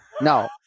no